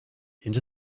into